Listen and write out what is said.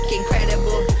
incredible